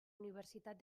universitat